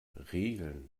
regeln